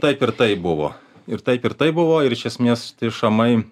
taip ir taip buvo ir taip ir taip buvo ir iš esmės tie šamai